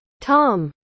Tom